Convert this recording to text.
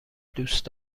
دوست